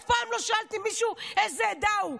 אף פעם לא שאלתי מישהו איזה עדה הוא.